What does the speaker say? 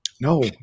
No